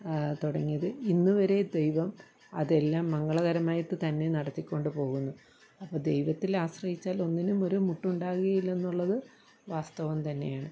തുടങ്ങിയത് ഇന്നുവരെ ദൈവം അതെല്ലാം മംഗളകരമായിട്ടു തന്നെ നടത്തിക്കൊണ്ടു പോകുന്നു അപ്പം ദൈവത്തിലാശ്രയിച്ചാൽ ഒന്നിനും ഒരു മുട്ടുണ്ടാകുകയില്ലെന്നുള്ളത് വാസ്തവം തന്നെയാണ്